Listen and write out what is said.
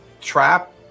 trap